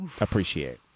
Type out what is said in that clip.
appreciate